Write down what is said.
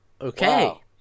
Okay